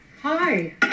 Hi